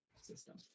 system